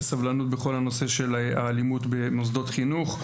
סבלנות בכל הנושא של האלימות במוסדות חינוך.